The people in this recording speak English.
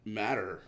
matter